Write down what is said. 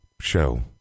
Show